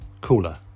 cooler